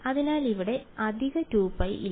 അതിനാൽ ഇവിടെ അധിക 2π ഇല്ല